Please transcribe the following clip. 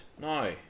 no